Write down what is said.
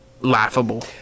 laughable